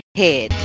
head